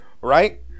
Right